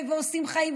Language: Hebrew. ועושים חיים,